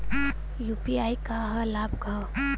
UPI क का का लाभ हव?